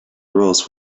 rose